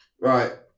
right